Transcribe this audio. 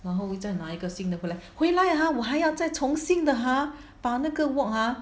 然后我再买一个新的回来回来 !huh! 我还要再重新的 !huh! 把那个 wok ah